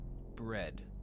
bread